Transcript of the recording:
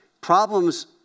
problems